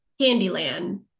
Candyland